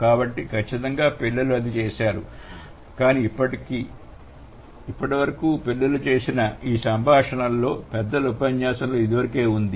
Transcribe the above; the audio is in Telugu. కాబట్టి ఖచ్చితంగా పిల్లలు అది చేసారు కాని పిల్లలు ఇప్పటివరకు చేసిన ఈ సంభాషణ పెద్దల ఉపన్యాసంలో ఇదివరకే ఉన్నది